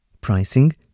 pricing